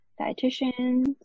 dietitians